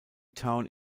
town